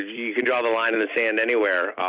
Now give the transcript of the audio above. you can draw the line in the sand anywhere